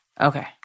Okay